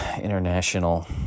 international